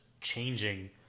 changing